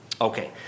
okay